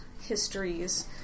histories